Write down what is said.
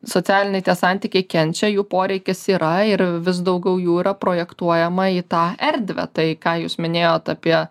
socialiniai tie santykiai kenčia jų poreikis yra ir vis daugiau jų yra projektuojama į tą erdvę tai ką jūs minėjot apie